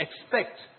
expect